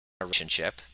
relationship